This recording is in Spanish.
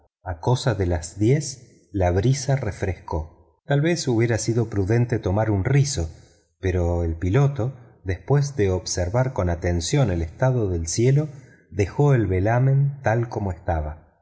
a cosa de las diez la brisa refrescó tal vez hubiera sido prudente tomar un rizo pero el piloto después de observar con atención el estado del cielo dejó el velamen tal como estaba